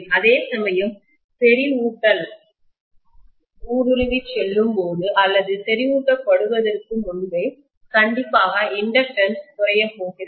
அதேசமயம் செறிவூட்டல் ஊடுருவி செல்லும்போது அல்லது செறிவூட்டப்படுவதற்கு முன்பே கண்டிப்பாக இண்டக்டன்ஸ் தூண்டல் குறைய போகிறது